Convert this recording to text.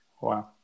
Wow